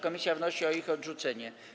Komisja wnosi o ich odrzucenie.